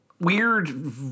weird